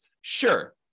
Sure